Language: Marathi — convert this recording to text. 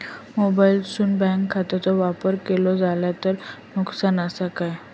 मोबाईलातसून बँक खात्याचो वापर केलो जाल्या काय नुकसान असा काय?